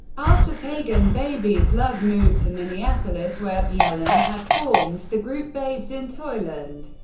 after pagan babies, love moved to minneapolis, where bjelland had formed the group babes in toyland,